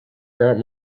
grant